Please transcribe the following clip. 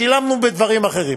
שילמנו בדברים אחרים.